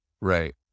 Right